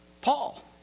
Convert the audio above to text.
Paul